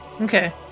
Okay